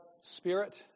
Spirit